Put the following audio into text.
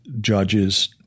judges